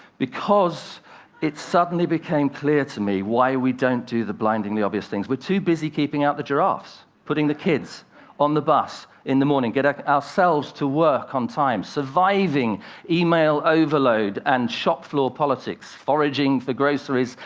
because it suddenly became clear to me why we don't do the blindingly obvious things. we're too busy keeping out the giraffes putting the kids on the bus in the morning, getting ourselves to work on time, surviving email overload and shop floor politics, foraging for groceries,